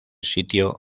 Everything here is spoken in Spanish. sitio